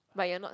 but you're not